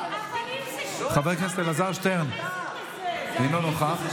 חבר הכנסת אלעזר שטרן, אינו נוכח.